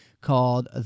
called